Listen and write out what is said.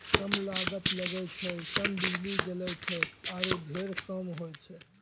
कम लागत लगै छै, कम बिजली जलै छै आरो ढेर काम होय छै